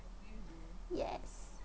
yes